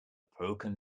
broken